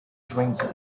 drink